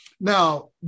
Now